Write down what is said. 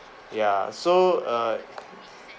ya so err